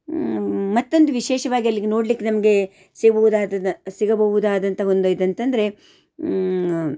ಮತ್ತೊಂದು ವಿಶೇಷವಾಗಿ ಅಲ್ಲಿಗೆ ನೋಡ್ಲಿಕ್ಕೆ ನಮಗೆ ಸಿಗುವುದಾದ ಸಿಗಬಹುದಾದಂಥ ಒಂದು ಇದಂತಂದರೆ